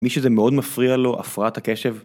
מי שזה מאוד מפריע לו, הפרעת הקשב.